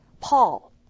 Paul